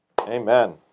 Amen